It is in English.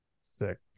Sick